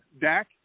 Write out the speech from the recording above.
Dak